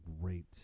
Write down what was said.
great